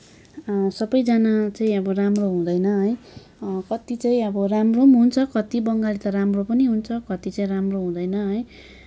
सबैजना चाहिँ अब राम्रो हुँदैन है कति चाहिँ अब राम्रो पनि हुन्छ कति बङ्गाली त राम्रो पनि हुन्छ कति चाहिँ राम्रो हुँदैन है